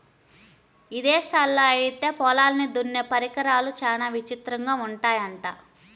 ఇదేశాల్లో ఐతే పొలాల్ని దున్నే పరికరాలు చానా విచిత్రంగా ఉంటయ్యంట